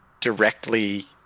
directly